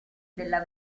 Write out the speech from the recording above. della